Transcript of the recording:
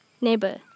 neighbor